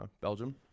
Belgium